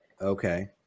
Okay